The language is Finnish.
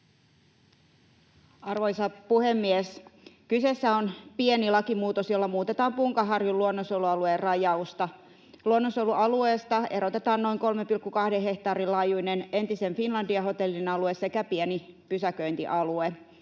Arvoisa puhemies! Kyseessä on pieni lakimuutos, jolla muutetaan Punkaharjun luonnonsuojelualueen rajausta. Luonnonsuojelualueesta erotetaan noin 3,2 hehtaarin laajuinen entisen Finlandia-hotellin alue sekä pieni pysäköintialue